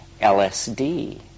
LSD